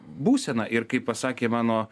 būseną ir kaip pasakė mano